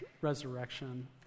resurrection